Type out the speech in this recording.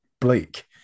bleak